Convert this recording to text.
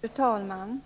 Fru talman!